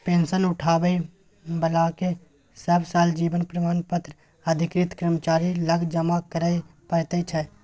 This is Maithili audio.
पेंशन उठाबै बलाकेँ सब साल जीबन प्रमाण पत्र अधिकृत कर्मचारी लग जमा करय परय छै